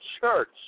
church